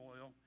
oil